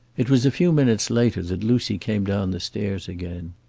it was a few minutes later that lucy came down the stairs again.